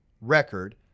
record